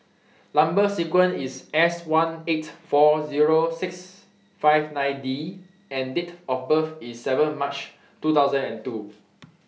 Number sequence IS Seighteen lakh forty thousand six hundred and fifty nine D and Date of birth IS seven March two thousand and two